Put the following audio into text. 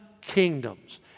kingdoms